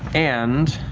and.